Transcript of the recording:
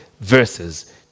verses